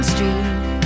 Street